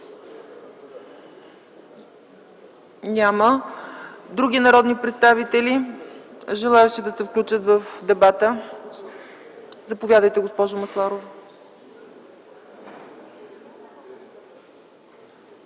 Има ли други народни представители, желаещи да се включат в дебата? Заповядайте, госпожо Масларова.